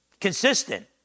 consistent